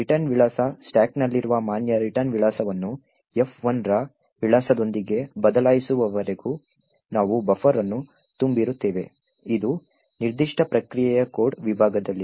return ವಿಳಾಸ ಸ್ಟಾಕ್ನಲ್ಲಿರುವ ಮಾನ್ಯ ರಿಟರ್ನ್ ವಿಳಾಸವನ್ನು F1 ರ ವಿಳಾಸದೊಂದಿಗೆ ಬದಲಾಯಿಸುವವರೆಗೂ ನಾವು ಬಫರ್ ಅನ್ನು ತುಂಬಿರುತ್ತೇವೆ ಇದು ನಿರ್ದಿಷ್ಟ ಪ್ರಕ್ರಿಯೆಯ ಕೋಡ್ ವಿಭಾಗದಲ್ಲಿದೆ